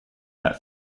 that